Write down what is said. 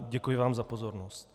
Děkuji vám za pozornost.